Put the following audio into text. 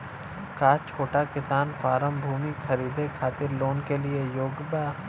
का छोटा किसान फारम भूमि खरीदे खातिर लोन के लिए योग्य बा?